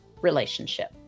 relationship